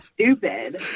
stupid